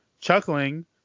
chuckling